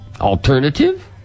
alternative